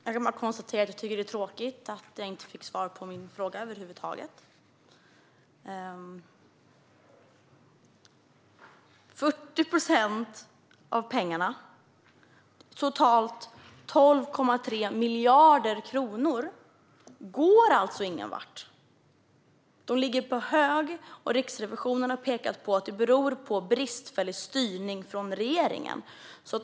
Herr talman! Jag tycker att det är tråkigt att jag över huvud taget inte fick svar på min fråga. 40 procent av pengarna, totalt 12,3 miljarder kronor, går alltså ingenstans. De ligger på hög, och Riksrevisionen har pekat på att det beror på bristfällig styrning från regeringen.